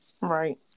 Right